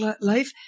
life